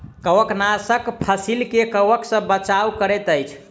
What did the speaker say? कवकनाशक फसील के कवक सॅ बचाव करैत अछि